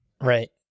right